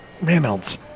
Reynolds